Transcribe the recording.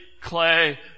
clay